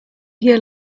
hier